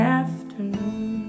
afternoon